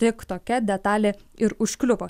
tik tokia detalė ir užkliuvo